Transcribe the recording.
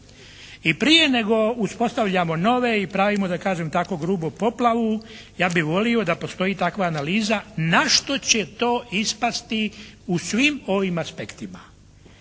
I prije nego uspostavljamo nove i pravimo da kažem tako grubo poplavu ja bih volio da postoji takva analiza na što će to ispasti u svim ovim aspektima.